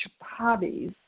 hobbies